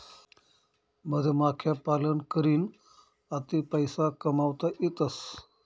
मधमाख्या पालन करीन आते पैसा कमावता येतसं